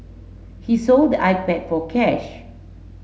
he sold the iPad for cash